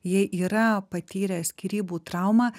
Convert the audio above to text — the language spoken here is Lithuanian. jie yra patyrę skyrybų traumą